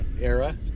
era